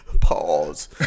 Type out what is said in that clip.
Pause